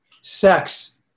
sex